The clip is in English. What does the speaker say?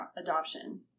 adoption